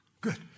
Good